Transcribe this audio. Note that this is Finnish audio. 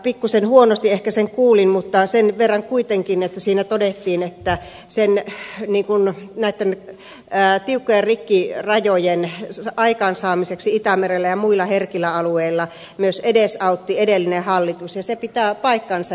pikkusen huonosti ehkä sen kuulin mutta sen verran kuitenkin että siinä todettiin että näiden tiukkojen rikkirajojen aikaansaamista itämerellä ja muilla herkillä alueilla myös edesauttoi edellinen hallitus ja se pitää paikkansa